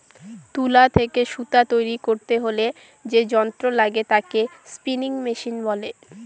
তুলা থেকে সুতা তৈরী করতে হলে যে যন্ত্র লাগে তাকে স্পিনিং মেশিন বলে